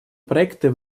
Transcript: проекты